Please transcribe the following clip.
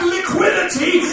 liquidity